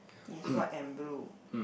is white and blue